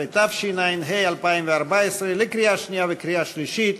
11), התשע"ה 2014, לקריאה שנייה ולקריאה שלישית.